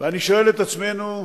ואני שואל את עצמנו: